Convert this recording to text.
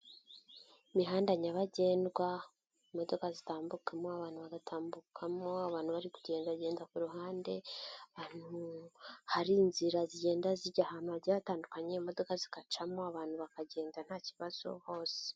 Ihanda nyabagendwa imodoka zitambukamo n'abantu bagatambukamo, abantu bari kugendagenda, ku ruhande hari inzira zigenda zijya ahantu hagiye hatandukanye, imodoka zigacamo abantu bakagenda nta kibazo bose.